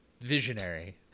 visionary